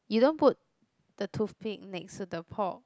you don't put the toothpick next to the pork